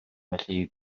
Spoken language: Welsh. felly